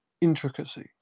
intricacy